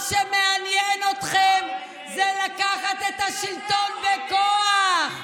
מה שמעניין אתכם זה לקחת את השלטון בכוח.